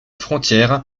frontière